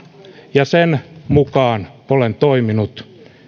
ja sen mukaan olen toiminut